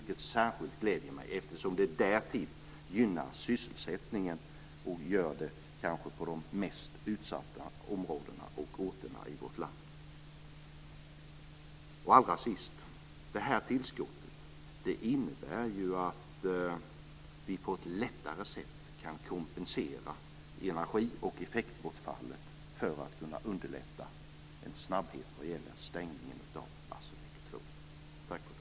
Det gläder mig särskilt, eftersom det därtill gynnar sysselsättningen och kanske gör det på de mest utsatta områdena och orterna i vårt land. Allra sist vill jag påpeka att det här tillskottet innebär att vi på ett lättare sätt kan kompensera energioch effektbortfallet för att kunna underlätta en snabb stängning av Barsebäck 2.